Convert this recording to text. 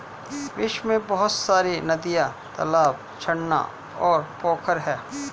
विश्व में बहुत सारी नदियां, तालाब, झरना और पोखरा है